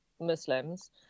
Muslims